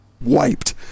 wiped